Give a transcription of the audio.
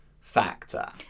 factor